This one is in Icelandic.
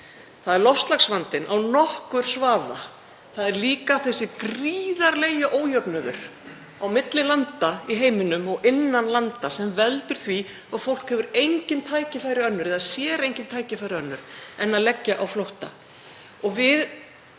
Það er loftslagsvandinn án nokkurs vafa. Það er líka þessi gríðarlegi ójöfnuður á milli landa í heiminum og innan landa sem veldur því að fólk hefur engin tækifæri önnur, eða sér engin tækifæri önnur, en að leggja á flótta.